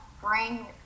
bring